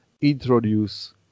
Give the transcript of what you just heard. introduce